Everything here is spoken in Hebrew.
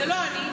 זה לא אני,